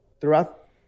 throughout